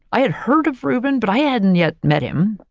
i had heard of reuben, but i hadn't yet met him.